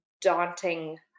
daunting